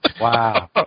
Wow